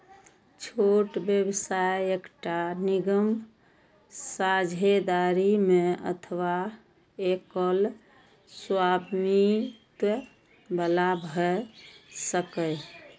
छोट व्यवसाय एकटा निगम, साझेदारी मे अथवा एकल स्वामित्व बला भए सकैए